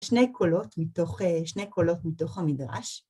שני קולות מתוך, שני קולות מתוך המדרש.